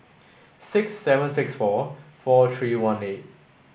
six seven six four four three one eight